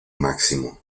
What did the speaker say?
máximo